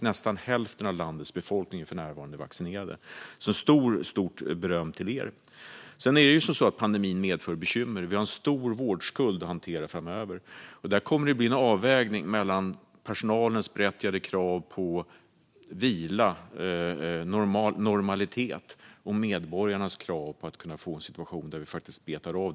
För närvarande är nästan hälften av landets befolkning vaccinerad. Stort beröm till er! Pandemin medför bekymmer. Vi har en stor vårdskuld att hantera framöver, och här kommer det att bli en avvägning mellan personalens berättigade krav på vila och normalitet och medborgarnas krav på att vårdskulden betas av.